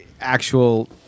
actual